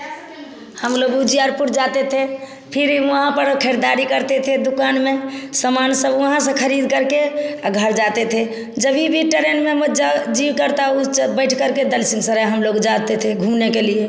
हम लोग उजियारपुर जाते थे फिर वहाँ पर खरीदारी करते थे दुकान में सामान सब वहाँ से खरीद करके घर जाते थे जब भी भी ट्रेन में हम जाऊ जिय करता उस पर बैठकर के दर्शन सराय हम लोग जाते थे घूमने के लिए